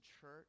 church